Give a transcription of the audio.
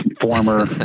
former